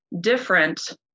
different